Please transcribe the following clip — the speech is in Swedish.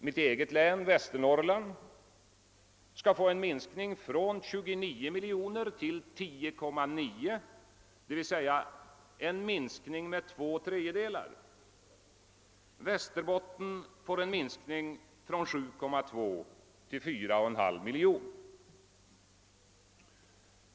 Mitt eget län, Västernorrlands, skall få en minskning från 29 till 10,9 miljoner, d.v.s. med två tredjedelar, Västerbottens län en minskning från 7,2 till 4,5 miljoner.